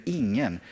ingen